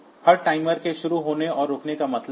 हर timer के शुरू होने और रुकने का मतलब है